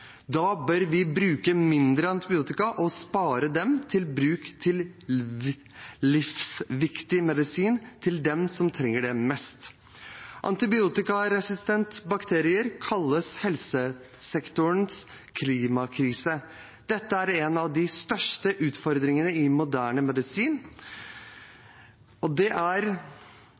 Da bør vi bruke mindre antibiotika og spare dem til bruk som livsviktig medisin til dem som trenger det mest. Antibiotikaresistens kalles helsesektorens klimakrise. Dette er en av de største utfordringene i moderne medisin. Bruken av bredspektret antibiotika i Norge er